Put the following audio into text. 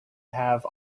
have